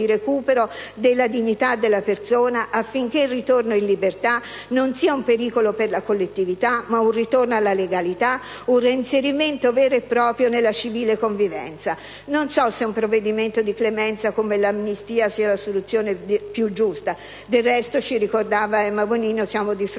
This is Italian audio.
Non so se un provvedimento di clemenza come l'amnistia sia la soluzione più giusta. Del resto, come ci ricordava la senatrice Emma Bonino, siamo di fronte